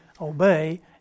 obey